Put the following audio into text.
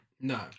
No